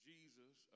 Jesus